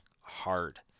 hard